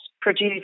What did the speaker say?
produce